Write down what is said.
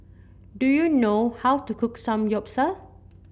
do you know how to cook Samgyeopsal